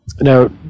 now